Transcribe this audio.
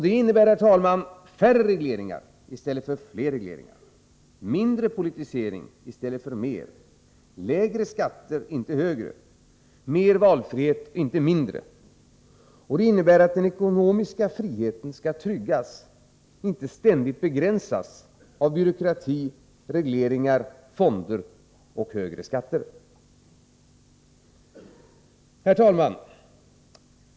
Det innebär färre regleringar — i stället för fler; mindre politisering — i stället för mer; lägre skatter —- inte högre; mer valfrihet — inte mindre. Och det innebär att den ekonomiska friheten skall tryggas — inte ständigt begränsas av byråkrati, regleringar, fonder och högre skatter. Herr talman!